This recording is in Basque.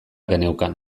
geneukan